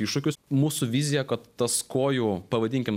iššūkius mūsų vizija kad tas kojų pavadinkim